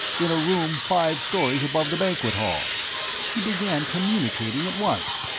in a room five stories above the banquet hall he began communicating at once.